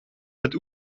het